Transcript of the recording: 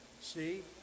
See